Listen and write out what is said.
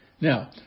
Now